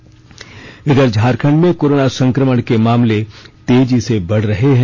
corona Jharkhand इधर झारखंड में corona संक्रमण के मामले तेजी से बढ़ रहे हैं